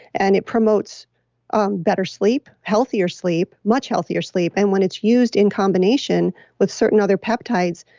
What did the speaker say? and it promotes um better sleep, healthier sleep, much healthier sleep, and when it's used in combination with certain other peptides,